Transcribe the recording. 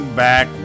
back